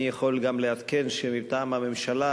אני יכול גם לעדכן שמטעם הממשלה,